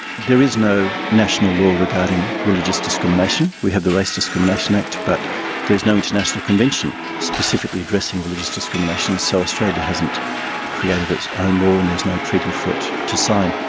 there is no national law regarding religious discrimination. we have the race discrimination act but there is no international convention specifically addressing religious discrimination. so australia hasn't created its own law and there is no treaty for it to sign.